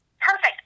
Perfect